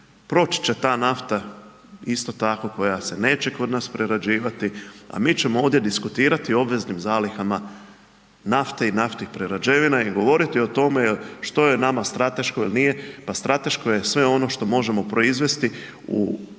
Proći će ta nafta isto tako koja se neće kod nas prerađivati, a mi ćemo ovdje diskutirati o obveznim zalihama nafte i naftnih prerađevina i govoriti o tome što je nama strateško ili nije. Pa strateško je sve ono što možemo proizvesti u bilo